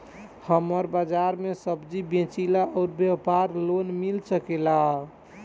हमर बाजार मे सब्जी बेचिला और व्यापार लोन मिल सकेला?